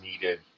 needed